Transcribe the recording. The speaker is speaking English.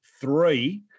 three